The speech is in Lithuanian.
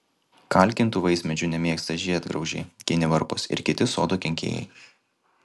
kalkintų vaismedžių nemėgsta žiedgraužiai kinivarpos ir kiti sodo kenkėjai